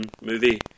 movie